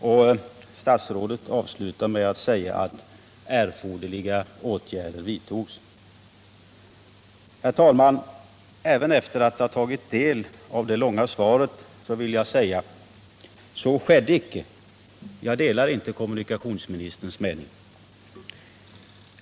Och statsrådet avslutar med att säga att erforderliga åtgärder vidtogs. Herr talman! Även efter att ha tagit del av det långa svaret vill jag säga: Så skedde icke. Jag delar inte kommunikationsministerns mening.